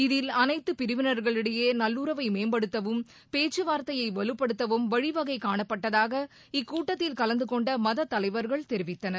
இதில் அனைத்து பிரிவினர்களிடையே நல்லுறவை மேம்படுத்தவும் பேச்சுவார்த்தையை வலுப்படுத்தவும் வழிவகை காணப்பட்டதாக இக்கூட்டத்தில் கலந்துகொண்ட மதத் தலைவர்கள் தெரிவித்தனர்